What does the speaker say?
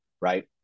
right